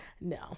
no